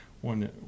one